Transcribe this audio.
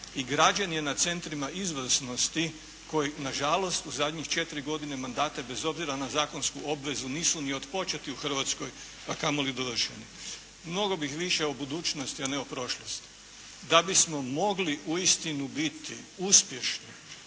i građen je na centrima izvrsnosti koji nažalost u zadnjih četiri godine mandata bez obzira na zakonsku obvezu nisu ni otpočeti u Hrvatskoj, a kamoli dovršeni. Mnogo bi više o budućnosti nego o prošlosti. Da bismo mogli uistinu biti uspješni,